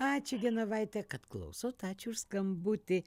ačiū genovaite kad klausot ačiū už skambutį